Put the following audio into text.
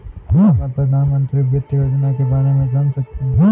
क्या मैं प्रधानमंत्री वित्त योजना के बारे में जान सकती हूँ?